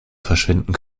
verschwinden